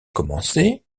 commencé